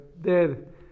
dead